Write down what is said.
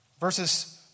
Verses